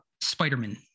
Spider-Man